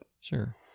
sure